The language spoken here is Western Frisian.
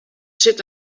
sit